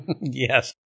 Yes